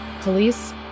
police